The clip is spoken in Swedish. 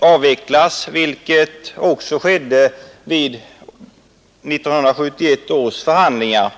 avvecklas, något som också skedde vid 1971 års förhandlingar.